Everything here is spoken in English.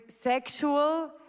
sexual